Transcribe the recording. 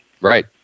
right